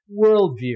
worldview